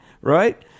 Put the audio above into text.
right